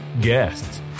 guests